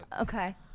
Okay